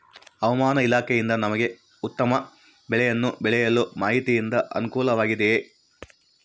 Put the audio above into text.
ಹವಮಾನ ಇಲಾಖೆಯಿಂದ ನಮಗೆ ಉತ್ತಮ ಬೆಳೆಯನ್ನು ಬೆಳೆಯಲು ಮಾಹಿತಿಯಿಂದ ಅನುಕೂಲವಾಗಿದೆಯೆ?